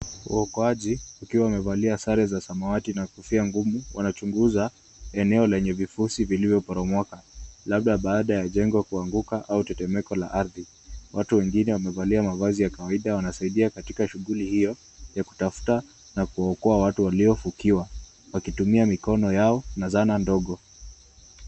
Waokoaji wakiwa wamevalia sare za samawati na kofia ngumu. Wanachunguza eneo lenye vifusi vilivyoporomoka labda baada ya jengo kuanguka au tetemeko la ardhi. Watu wengine wamevalia mavazi ya kawaida. Wanasaidia katika shughuli hiyo ya kutafuta na kuokoa watu waliofukiwa wakitumia mikono yao na zana ndogo